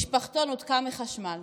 משפחתו נותקה מחשמל.